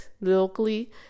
locally